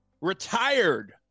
retired